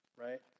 right